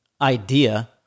idea